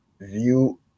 View